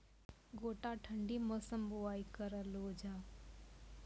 गोटा ठंडी मौसम बुवाई करऽ लो जा?